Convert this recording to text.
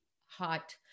hot